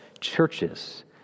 churches